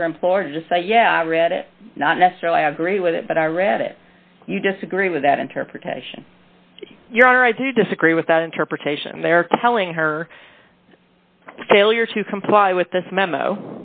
with her employer just say yeah i read it not necessarily agree with it but i read it you disagree with that interpretation you're right to disagree with that interpretation they're telling her failure to comply with this memo